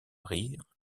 rire